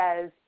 says